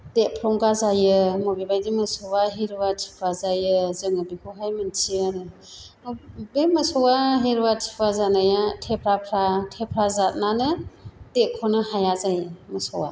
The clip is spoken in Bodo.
देरफ्रंगा जायो बबे बायदि मोसौआ हिरुवा थिरुवा जायो जोङो बेखौहाय मिन्थियो आरो बे मोसौआ हिरुवा थिरुवा जानाया थेफ्राफ्रा थेफ्रा जातनानो देरख'नो हाया जायो मोसौआ